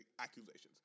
accusations